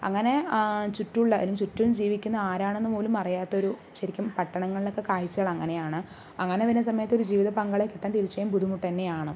അങ്ങനെ ചുറ്റുള്ള ചുറ്റും ജീവിക്കുന്ന ആരാണെന്നു പോലും അറിയാത്തൊരു ശെരിക്കും പട്ടണങ്ങളിലൊക്കെ കാഴ്ചകൾ അങ്ങനെയാണ് അങ്ങനെ വരുന്ന സമയത്ത് ഒരു ജീവിത പങ്കാളിയെ കിട്ടാൻ തീർച്ചയായും ബുദ്ധിമുട്ട് തന്നെയാണ്